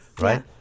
right